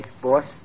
boss